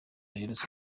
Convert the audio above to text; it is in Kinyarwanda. aherutse